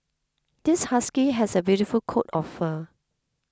this husky has a beautiful coat of fur